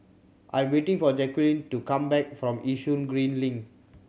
I am waiting for Jacquelynn to come back from Yishun Green Link